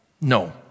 No